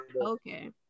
Okay